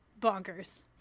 bonkers